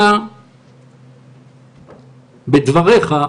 אתה, בדבריך,